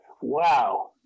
wow